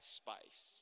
space